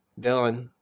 Dylan